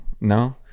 No